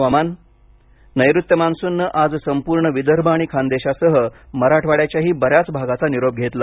हवामान नैऋत्य मान्सूननं आज संपूर्ण विदर्भ आणि खानदेशासह मराठवाड्याच्याहि बऱ्याच भागाचा निरोप घेतला